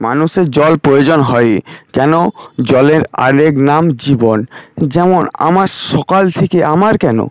মানুষের জল প্রয়োজন হয়ই কেনো জলের আরেক নাম জীবন যেমন আমার সকাল থেকে আমার কেনো